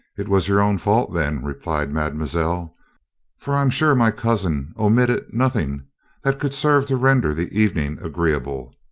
it was your own fault, then, replied mademoiselle for i am sure my cousin omitted nothing that could serve to render the evening agreeable.